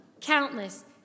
countless